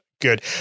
good